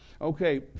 Okay